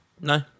no